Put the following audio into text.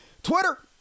Twitter